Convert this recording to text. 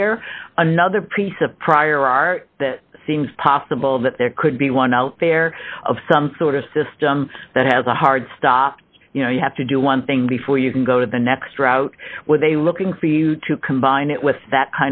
here another piece of prior art that seems possible that there could be one out there of some sort of system that has a hard stop you know you have to do one thing before you can go to the next drought were they looking for you to combine it with that